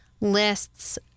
lists